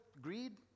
greed